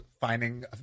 finding